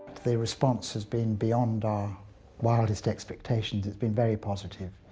the response has been beyond our wildest expectations. it's been very positive.